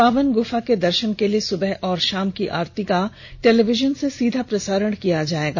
पावन गुफा के दर्शन के लिए सुबह और शाम की आरती का टेलीविजन से सीधा प्रसारण किया जाएगा